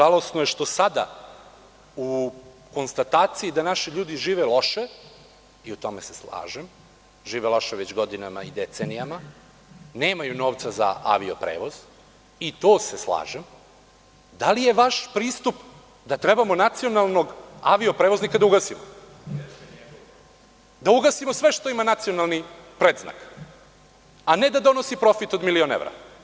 Žalosno je što sada u konstataciji da naši ljudi žive loše, i u tome se slažem, žive loše već godinama i decenijama, nemaju novca za avio prevoz, i to se slažem, da li je vaš pristup da trebamo nacionalnog avioprevoznika da ugasimo, da ugasimo sve što ima nacionalni predznak, a ne da donosi profit od milion evra?